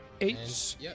eight